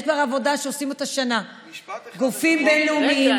יש עבודה, עושים אותה שנה גופים בין-לאומיים,